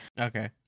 Okay